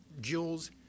jewels